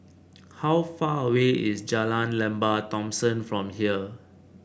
how far away is Jalan Lembah Thomson from here